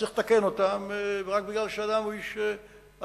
צריך לתקן אותם רק בגלל שאדם הוא איש המיעוט.